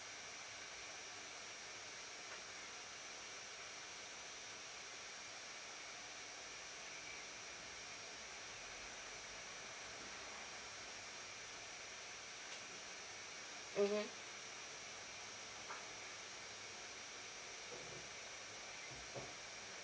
mmhmm